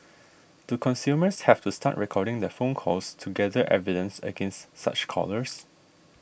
do consumers have to start recording their phone calls to gather evidence against such callers